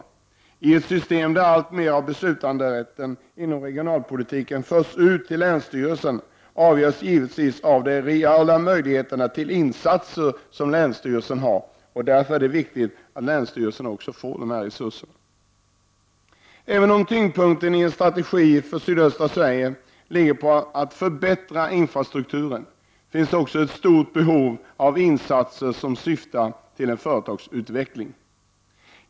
I ett system där alltmer av beslutanderätten inom regionalpolitiken förs ut till länsstyrelserna är givetvis det avgörande de reella möjligheterna till insatser som länsstyrelserna har. Det är därför viktigt att länsstyrelserna också får dessa resurser. Även om tyngdpunkten i en strategi för sydöstra Sverige ligger på att förbättra infrastrukturen finns också ett stort behov av insatser som syftar till företagsutveckling.